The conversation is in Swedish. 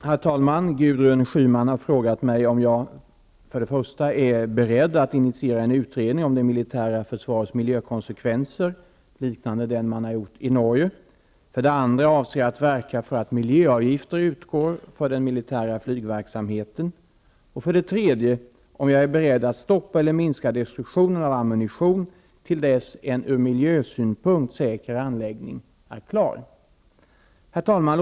Herr talman! Gudrun Schyman har frågat mig om jag för det första är beredd att initiera en utredning om det militära försvarets miljökonsekvenser, liknande den man har gjort i Norge, för det andra avser att verka för att miljöavgifter utgår för den militära flygverksamheten och för det tredje är beredd att stoppa eller minska destruktionen av ammunition till dess en ur miljösynpunkt säker anläggning är klar. Herr talman!